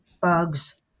bugs